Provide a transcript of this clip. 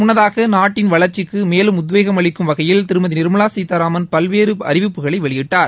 முன்னதாக நாட்டின் வளர்ச்சிக்கு மேலும் உத்வேகம் அளிக்கும் வகையில் திருமதி நிாமலா கீதாராமன் பல்வேறு அறிவிப்புகளை வெளியிட்டார்